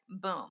boom